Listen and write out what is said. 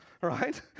Right